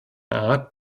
art